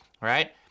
right